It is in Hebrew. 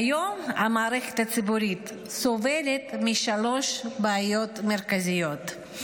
כיום המערכת הציבורית סובלת משלוש בעיות מרכזיות: